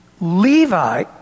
Levi